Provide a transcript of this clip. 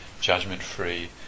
judgment-free